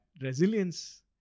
resilience